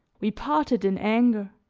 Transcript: we parted in anger,